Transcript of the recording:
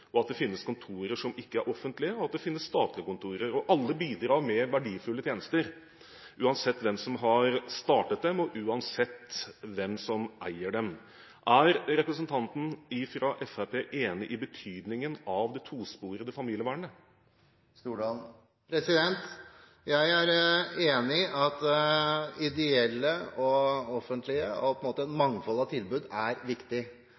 om at det finnes kontorer som ikke er offentlige, at det finnes statlige kontorer, og at alle bidrar med verdifulle tjenester, uansett hvem som har startet dem, og uansett hvem som eier dem. Er representanten fra Fremskrittspartiet enig i betydningen av det tosporede familievernet? Jeg er enig i at ideelle og offentlige – et mangfold av tilbud – er viktig.